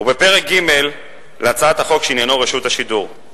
ובפרק ג' להצעת החוק, שעניינו רשות השידור.